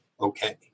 Okay